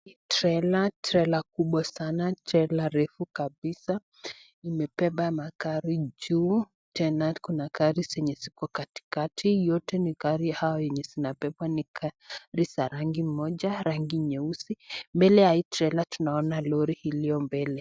Trela, trela kubwa sana ,trela refu kabisa, imebeba magari juu tena kuna gari zenye ziko katikati yote ni gari hao zenye zinabebwa ni gari za rangi moja, rangi nyeusi mbele ya hii trela tunaona lorri iliyo mbele.